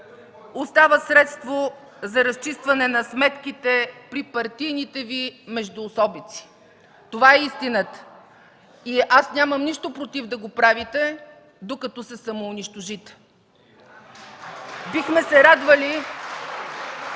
остана средство за разчистване на сметките при партийните Ви междуособици. Това е истината! Аз нямам нищо против да го правите, докато се самоунищожите. (Ръкопляскания